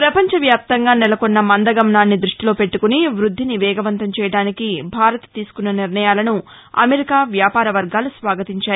ప్రపంచవ్యాప్తంగా నెలకొన్న మందగమనాన్ని దృష్టిలో పెట్టుకొని వృద్దిని వేగవంతం చేయడానికి భారత్ తీసుకున్న నిర్ణయాలను అమెరికా వ్యాపార వర్గాలు స్వాగతించాయి